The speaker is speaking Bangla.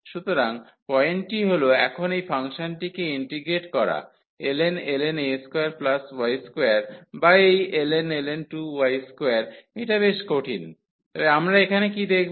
সুতরাং পয়েন্টটি হল এখন এই ফাংশনটিকে ইন্টিগ্রেট করা ln a2y2 বা এই ln এটা বেশ কঠিন তবে আমরা এখানে কী দেখব